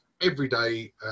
everyday